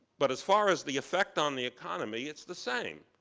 but as far as the effect on the economy, it's the same.